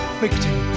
victim